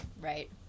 right